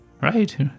Right